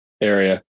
area